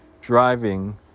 driving